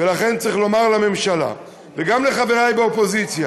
ולכן צריך לומר לממשלה, וגם לחברי באופוזיציה: